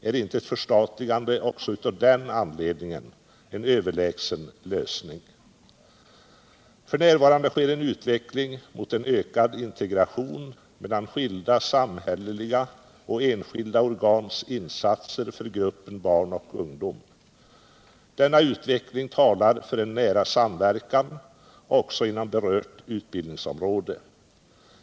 Är inte ett förstatligande också av den anledningen en överlägsen lösning? F. n. sker en utveckling mot en ökad integration mellan skilda samhälleliga och enskilda organs insatser för gruppen barn och ungdom. Denna utveckling talar för en nära samverkan också inom berört utbildningsområde.